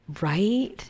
Right